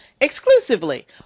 exclusively